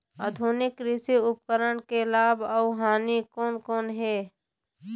आधुनिक कृषि उपकरण के लाभ अऊ हानि कोन कोन हे?